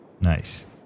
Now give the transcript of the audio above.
Nice